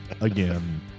again